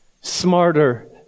smarter